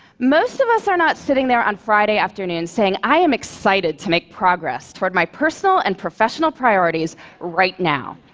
most of us are not sitting there on friday afternoons saying, i am excited to make progress toward my personal and professional priorities right now.